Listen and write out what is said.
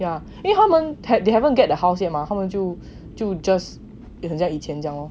yeah 因为他们 that they haven't get a house 吗他们就就 just 很像以前这样 lor